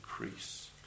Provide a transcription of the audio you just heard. increase